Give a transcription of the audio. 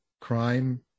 crime